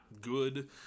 good